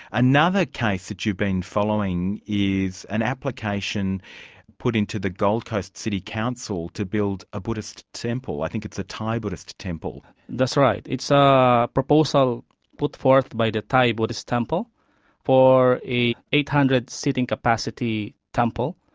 another case that you've been following is an application put in to the gold coast city council to build a buddhist temple. i think it's a thai buddhist temple. that's right. it's a proposal put forth by the thai buddhist temple for an eight hundred seating capacity temple.